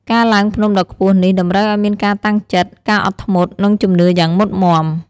ការឡើងភ្នំដ៏ខ្ពស់នេះ តម្រូវឱ្យមានការតាំងចិត្ត ការអត់ធ្មត់ និងជំនឿយ៉ាងមុតមាំ។